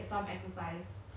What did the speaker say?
I would go try